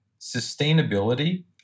sustainability